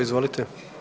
Izvolite.